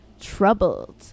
troubled